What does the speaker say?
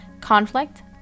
conflict